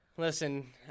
Listen